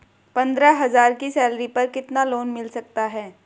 पंद्रह हज़ार की सैलरी पर कितना लोन मिल सकता है?